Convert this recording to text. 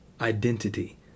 identity